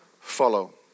follow